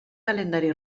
calendari